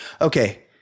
Okay